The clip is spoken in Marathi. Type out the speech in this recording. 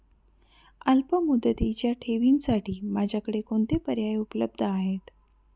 अल्पमुदतीच्या ठेवींसाठी माझ्याकडे कोणते पर्याय उपलब्ध आहेत?